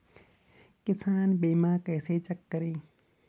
किसान बीमा कैसे चेक करें?